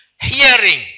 hearing